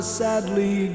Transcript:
sadly